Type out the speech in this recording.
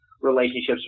relationships